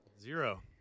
zero